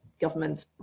government